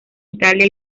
italia